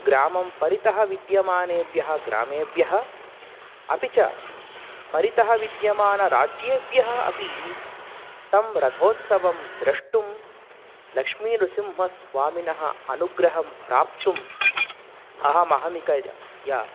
ग्रामं परितः विद्यमानेभ्यः ग्रामेभ्यः अपि च परितः विद्यमानराज्येभ्यः अपि तं रथोत्सवं द्रष्टुं लक्ष्मीनृसिंहस्वामिनः अनुग्रहं प्राप्तुम् अहमहमिकया